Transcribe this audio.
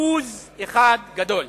לבוז אחד גדול.